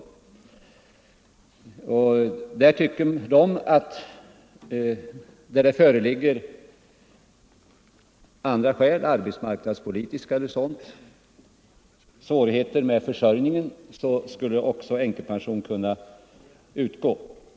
Motionärerna anser att i de fall då vederbörande har svårigheter med sin försörjning, av arbetsmarknadspolitiska eller andra orsaker, skulle hel änkepension kunna utgå.